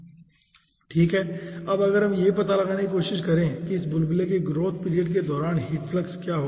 ठीक है अब अगर हम यह पता लगाने की कोशिश करें कि इस बुलबुले के ग्रोथ पीरियड के दौरान हीट फ्लक्स क्या होगा